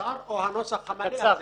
הקצר או הנוסח המלא?